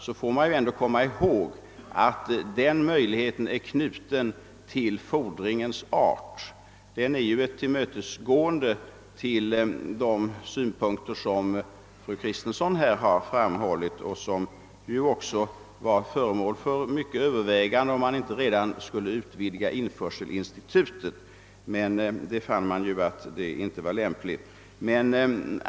Man får ändå komma ihåg att möjligheten är knuten till fordringens art. Den innebär att man tillmötesgår de synpunkter som framhållits av fru Kristensson och som också var föremål för många överväganden redan när det diskuterades om man inte skulle utvidga införselinstitutet, men man fann ju att detta inte var lämpligt.